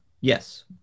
Yes